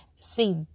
see